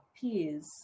peers